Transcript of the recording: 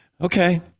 Okay